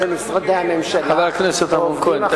חבר הכנסת אמנון כהן,